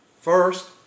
First